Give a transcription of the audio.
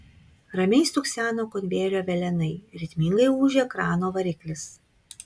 ramiai stukseno konvejerio velenai ritmingai ūžė krano variklis